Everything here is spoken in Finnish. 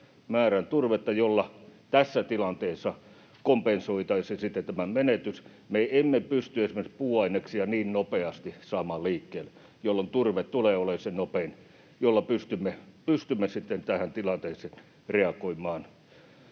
määrän turvetta, jolla tässä tilanteessa kompensoitaisiin sitten tämä menetys. Me emme pysty esimerkiksi puuaineksia niin nopeasti saamaan liikkeelle, jolloin turve tulee olemaan se nopein, jolla pystymme sitten tähän tilanteeseen reagoimaan.